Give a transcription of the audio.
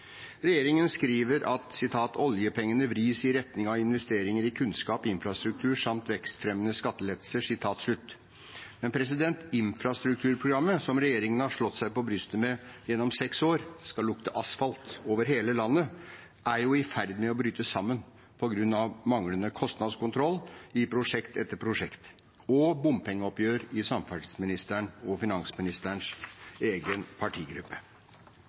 Regjeringen skriver: «Bruken av oljepenger vris i retning av investeringer i kunnskap og infrastruktur, samt vekstfremmende skattelettelser.» Men infrastrukturprogrammet som regjeringen har slått seg på brystet med gjennom seks år – det skal lukte asfalt over hele landet – er i ferd med å bryte sammen på grunn av manglende kostnadskontroll i prosjekt etter prosjekt og bompengeopprør i samferdselsministeren og finansministerens egen partigruppe.